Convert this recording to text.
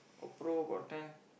got pro got ten